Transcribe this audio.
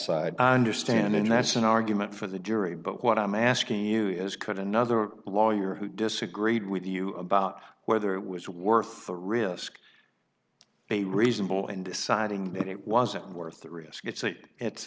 side i understand and that's an argument for the jury but what i'm asking you is could another lawyer who disagreed with you about whether it was worth the risk a reasonable and deciding that it wasn't worth the risk it's a it's